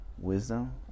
Wisdom